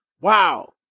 wow